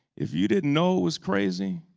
if you didn't know it was crazy,